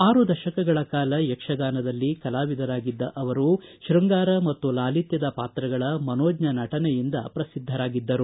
ಆರು ದಶಕಗಳ ಕಾಲ ಯಕ್ಷಗಾನದಲ್ಲಿ ಕಲಾವಿದರಾಗಿದ್ದ ಅವರು ಶೃಂಗಾರ ಮತ್ತು ಲಾಲಿತ್ಯದ ಪಾತ್ರಗಳ ಮನೋಜ್ಜ ನಟನೆಯಿಂದ ಪ್ರಸಿದ್ದರಾಗಿದ್ದರು